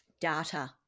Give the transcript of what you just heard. data